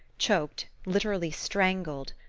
choked, literally strangled,